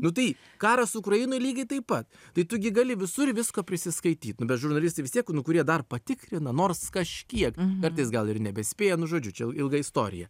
nu tai karas ukrainoj lygiai taip pat tai tu gi gali visur visko prisiskaityt nu bet žurnalistai vis tiek nu kurie dar patikrina nors kažkiek kartais gal ir nebespėja nu žodžiu čia il ilga istorija